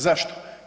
Zašto?